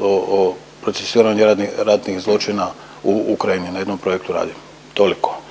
o procesuiranju ratnih zločina u Ukrajini na jednom projektu radi. Toliko